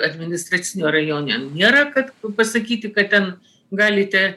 administracinio rajone nėra kad pasakyti kad ten galite